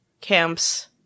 camps